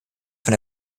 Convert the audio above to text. von